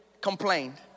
complained